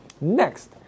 Next